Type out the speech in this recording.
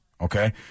Okay